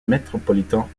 metropolitan